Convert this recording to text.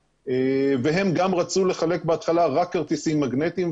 והם גם רצו לחלק בהתחלה רק כרטיסים מגנטים,